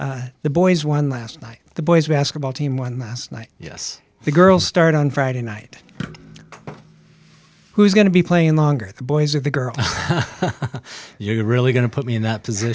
you the boys won last night the boys basketball team won last night yes the girls start on friday night who's going to be playing longer the boys of the girl you're really going to put me in that position